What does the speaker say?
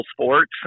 sports